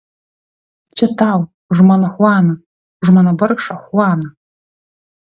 čia tau už mano chuaną už mano vargšą chuaną